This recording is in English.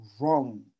wrong